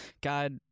God